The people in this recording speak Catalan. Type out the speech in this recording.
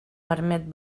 permet